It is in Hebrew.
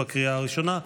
לקריאה הראשונה.